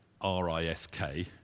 R-I-S-K